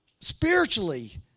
Spiritually